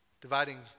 dividing